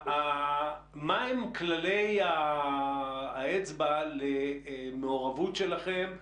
מה הם כללי האצבע למעורבות שלכם,